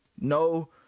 No